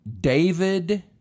David